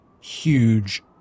Huge